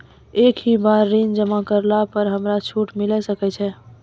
एक ही बार ऋण जमा करला पर हमरा छूट मिले सकय छै?